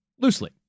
loosely